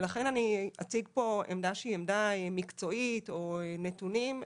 ולכן אני אציג פה עמדה שהיא עמדה מקצועית או נתונים.